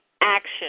action